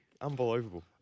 unbelievable